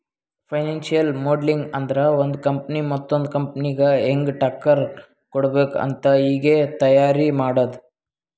financial modelling ಅಂದುರ್ ಒಂದು company ಮತ್ತೊಂದ್ ಕಂಪನಿಗ ಹ್ಯಾಂಗ್ ಟಕ್ಕರ್ ಕೊಡ್ಬೇಕ್ ಅಂತ್ ಈಗೆ ತೈಯಾರಿ ಮಾಡದ್ದ್